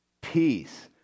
peace